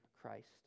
Christ